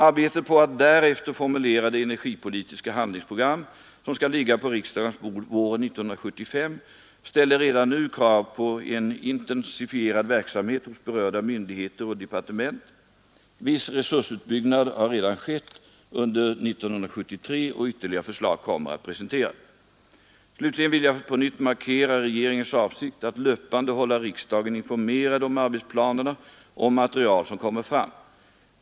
Arbetet på att därefter formulera det energipolitiska handlingsprogram, som skall ligga på riksdagens bord våren 1975, ställer redan nu krav på en intensifierad verksamhet hos berörda myndigheter och departement. Viss resursutbyggnad har redan skett under år 1973, och ytterligare förslag kommer att presenteras. Slutligen vill jag på nytt markera regeringens avsikt att löpande hålla riksdagen informerad om arbetsplanerna och om material som kommer fram.